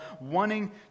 wanting